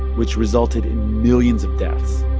which resulted in millions of deaths.